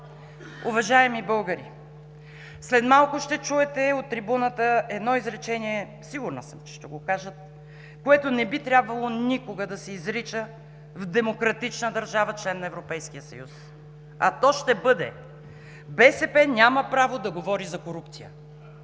Уважаеми българи, след малко ще чуете от трибуната едно изречение – сигурна съм, че ще го кажат, което не би трябвало никога да се изрича в демократична държава – член на Европейския съюз, а то ще бъде: „БСП няма право да говори за корупция“.